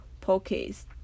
pockets